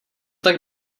tak